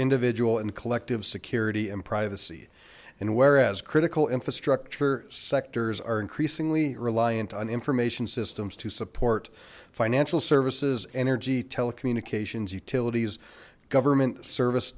individual and collective security and privacy and whereas critical infrastructure sectors are increasingly reliant on information systems to support financial services energy telecommunications utilities government service